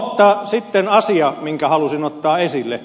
mutta sitten asia minkä halusin ottaa esille